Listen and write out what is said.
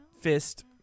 fist